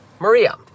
Maria